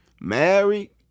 married